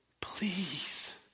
please